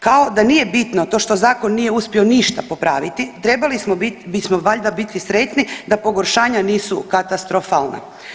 Kao da nije bitno to što zakon nije uspio ništa popraviti trebali bismo valjda biti sretni da pogoršanja nisu katastrofalna.